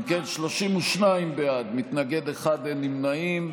אם כן, 32 בעד, מתנגד אחד, אין נמנעים.